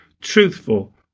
truthful